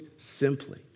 Simply